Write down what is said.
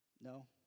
No